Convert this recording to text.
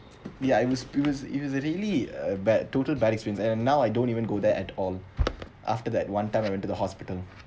ya it was it was it was really a bad total bad experience and now I don't even go there at all after that one time I went to the hospital